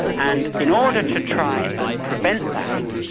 and in order to try and prevent that,